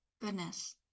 goodness